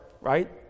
right